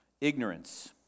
Ignorance